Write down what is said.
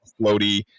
floaty